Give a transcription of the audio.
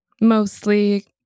mostly